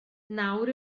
nawr